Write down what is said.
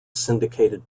syndicated